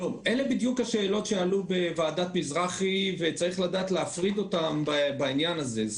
אלה בדיוק השאלות שעלו בוועדת מזרחי וצריך לדעת להפריד אותן בעניין הזה.